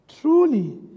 Truly